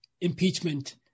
impeachment